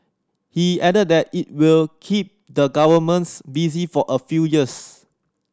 he added that it will keep the governments busy for a few years